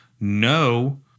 no